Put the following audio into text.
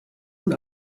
nun